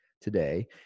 today